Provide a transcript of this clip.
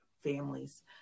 families